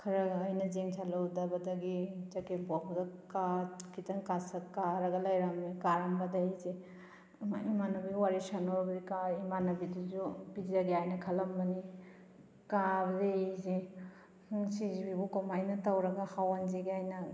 ꯈꯔ ꯑꯩꯅ ꯌꯦꯡꯁꯜꯍꯧꯗꯕꯗꯒꯤ ꯆꯒꯦꯝ ꯄꯣꯝꯕꯗꯣ ꯈꯤꯇꯪ ꯀꯥꯔꯒ ꯂꯩꯔꯝꯃꯦ ꯀꯔꯝꯕꯗꯩ ꯑꯩꯁꯦ ꯏꯃꯥꯟꯅꯕꯤꯒ ꯋꯔꯤ ꯁꯅꯔꯨꯕꯗꯩ ꯀꯔꯦ ꯏꯃꯥꯟꯅꯕꯤꯗꯨꯁꯨ ꯄꯤꯖꯒꯦ ꯍꯥꯏꯅ ꯈꯜꯂꯝꯕꯅꯤ ꯀꯥꯕꯗꯩ ꯑꯩꯁꯦ ꯃꯁꯤꯁꯤꯕꯨ ꯀꯃꯥꯏꯅ ꯇꯧꯔꯒ ꯍꯥꯎꯍꯟꯁꯤꯒꯦ ꯍꯥꯏꯅ